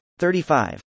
35